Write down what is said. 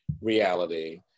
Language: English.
reality